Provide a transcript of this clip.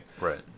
right